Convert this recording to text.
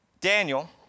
Daniel